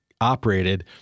operated